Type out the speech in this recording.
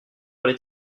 parlé